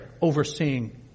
overseeing